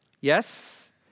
Yes